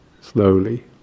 slowly